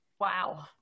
Wow